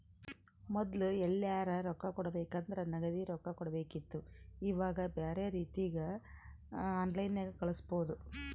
ಮೊದ್ಲು ಎಲ್ಯರಾ ರೊಕ್ಕ ಕೊಡಬೇಕಂದ್ರ ನಗದಿ ರೊಕ್ಕ ಕೊಡಬೇಕಿತ್ತು ಈವಾಗ ಬ್ಯೆರೆ ರೀತಿಗ ಆನ್ಲೈನ್ಯಾಗ ಕಳಿಸ್ಪೊದು